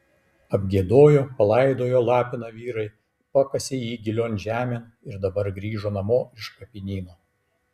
apgiedojo palaidojo lapiną vyrai pakasė jį gilion žemėn ir dabar grįžo namo iš kapinyno